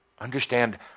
understand